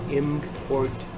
import